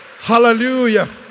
Hallelujah